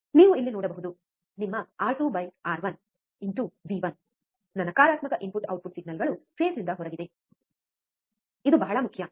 ನೀವು ಇಲ್ಲಿ ನೋಡಬಹುದು ನಿಮ್ಮ ಆರ್2ಆರ್1 ವಿ1 R2 R1 V1 ನ ನಕಾರಾತ್ಮಕ ಇನ್ಪುಟ್ ಔಟ್ಪುಟ್ ಸಿಗ್ನಲ್ಗಳು ಫೇಸ್ ಇಂದ ಹೊರಗಿದೆ ಇದು ಬಹಳ ಮುಖ್ಯ